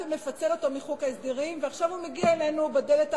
החלטתם לפצל אותו מחוק ההסדרים ועכשיו הוא מגיע אלינו בדלת האחורית,